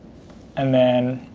and then